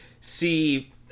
see